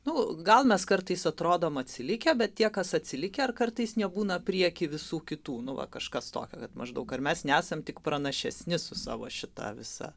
nu gal mes kartais atrodom atsilikę bet tie kas atsilikę ar kartais nebūna prieky visų kitų nu va kažkas tokio kad maždaug ar mes nesam tik pranašesni su savo šita visa